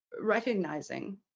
recognizing